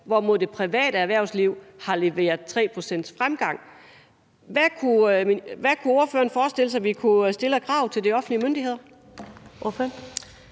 hvorimod det private erhvervsliv har leveret 3 pct.s fremgang. Hvad kunne ordføreren forestille sig vi kunne stille af krav til de offentlige myndigheder?